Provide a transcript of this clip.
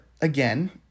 Again